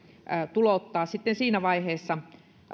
tulouttaa tulosta siinä vaiheessa